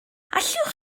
allwch